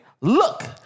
look